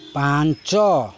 ପାଞ୍ଚ